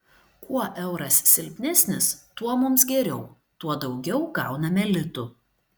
kuo euras silpnesnis tuo mums geriau tuo daugiau gauname litų